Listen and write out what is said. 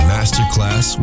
Masterclass